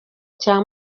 cya